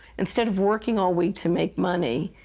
instead of working all week to make money,